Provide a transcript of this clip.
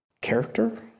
character